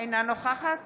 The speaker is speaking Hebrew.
אינה נוכחת